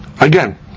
Again